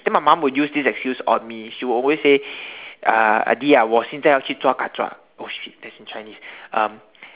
then my mum will use this excuse on me she'll always say uh ah di ah 我现在要去抓 kachoah oh shit that's in Chinese um